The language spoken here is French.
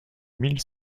mille